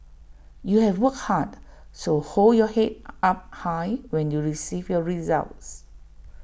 you have work hard so hold your Head up high when you receive your results